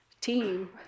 team